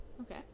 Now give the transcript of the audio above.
Okay